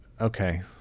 Okay